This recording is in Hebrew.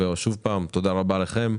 ושוב פעם, תודה רבה לכם.